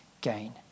gain